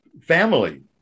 family